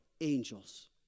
angels